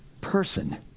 person